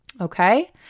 Okay